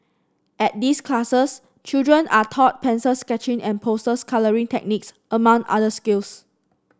at these classes children are taught pencil sketching and poster colouring techniques among other skills